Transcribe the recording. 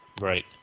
Right